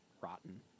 rotten